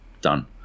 Done